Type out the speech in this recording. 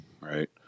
right